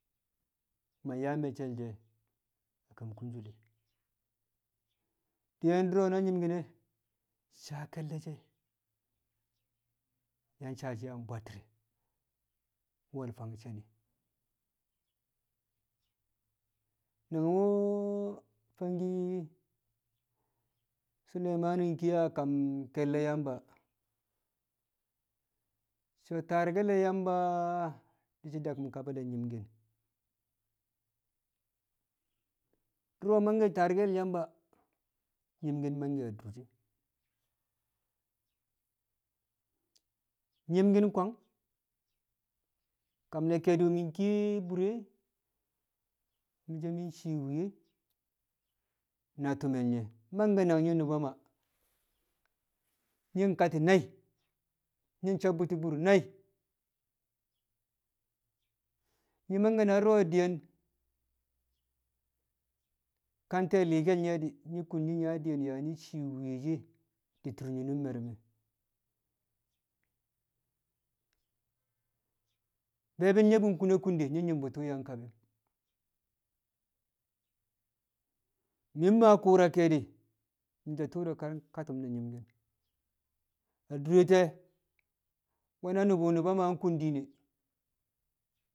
ma yaa me̱cce̱l she̱ kam kunsule, diyen du̱ro̱ na nyi̱mki̱n ne̱ saa ke̱lle̱ she̱, yang nsaa sha a bwatti̱re̱ we̱l fang she̱ni. Nangwu̱ fangki Suleimanu nkiye a kam ke̱lle̱ Yamba so̱ taarkel Yamba di̱ shi̱ daku̱m kaba e̱ nyi̱mki̱n du̱ro̱ mangke̱ taarke̱l Yamba nƴi̱mki̱n mangke̱ dur she̱ nyi̱mki̱in kwang kam ne̱ ke̱e̱di̱ mi̱ kiye bur re mi̱ so̱ cii mwi̱ye̱ na ti̱me̱ ye̱ mangke̱ nang nyi̱ nu̱ba Maa nyi̱ kati̱ nai̱, nyi̱ sabbu̱ti̱ bur nai̱, nyi̱ mangke̱ du̱ro̱ diyen ka te̱e̱ li̱i̱kel ye̱ di̱, nyi̱ kung yaa diyen yaa cii she̱ mwi̱ye̱ she̱ di̱ tur nyinum me̱ru̱m e. Be̱e̱bil nye̱ di̱ kun kung de nyi̱ nyi̱mki̱n tu̱u̱ yang kabe mi̱ ma ku̱u̱ra ke̱e̱di̱ mi̱ so̱ tu̱u̱ ro̱ kar kati̱n ne̱ nyi̱mki̱n adur te̱e̱ nwe̱ nu̱bu̱ nu̱ba Maa kun diine